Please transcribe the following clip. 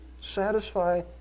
satisfy